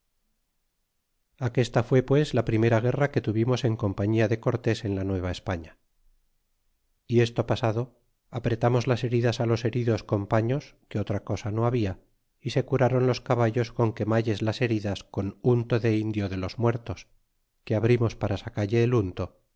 aquesta fué pues la primera guerra que tuvimos en compañía de cortés en la nueva españa y esto pasado apretamos las heridas los heridos con paños que otra cosa no habla y se curron los caballos con quemalles las heridas con unto de indio de los muertos que abrimos para sacalle el unto